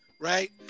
Right